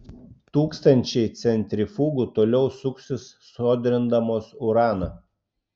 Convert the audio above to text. tūkstančiai centrifugų toliau suksis sodrindamos uraną